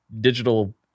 digital